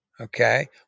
Okay